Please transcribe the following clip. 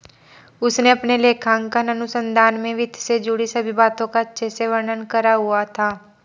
उसने अपने लेखांकन अनुसंधान में वित्त से जुड़ी सभी बातों का अच्छे से वर्णन करा हुआ था